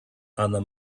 under